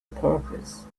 purpose